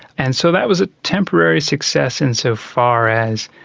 and so that was a temporary success in so far as,